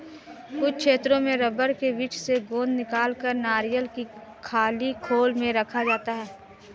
कुछ क्षेत्रों में रबड़ के वृक्ष से गोंद निकालकर नारियल की खाली खोल में रखा जाता है